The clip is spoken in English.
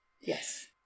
Yes